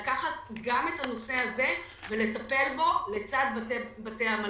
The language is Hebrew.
לקחת גם את הנושא הזה ולטפל בו לצד בתי המלון.